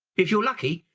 if you're lucky,